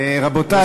רבותי,